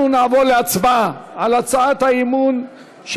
אנחנו נעבור להצבעה על הצעת האי-אמון של